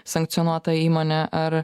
sankcionuota įmone ar